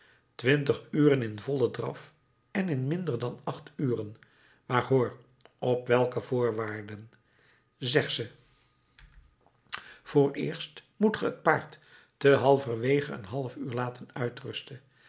twintig uren in vollen draf en in minder dan acht uren maar hoor op welke voorwaarden zeg ze vooreerst moet ge het paard te halverwege een half uur laten uitrusten